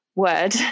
Word